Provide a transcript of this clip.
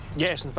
yes, and but